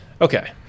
Okay